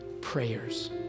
prayers